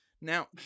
Now